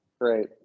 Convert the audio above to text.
Great